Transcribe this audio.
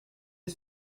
est